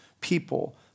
people